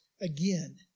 Again